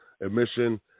admission